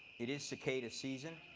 it is cicada season.